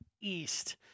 east